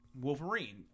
Wolverine